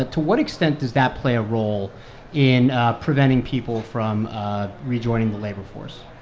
ah to what extent does that play a role in ah preventing people from rejoining the labor force?